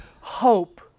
hope